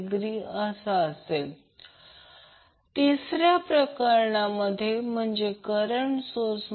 79° आता तिसरे म्हणजे करंट सोर्स